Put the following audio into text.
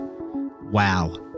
Wow